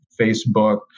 Facebook